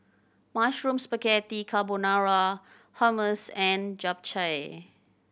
Mushroom Spaghetti Carbonara Hummus and Japchae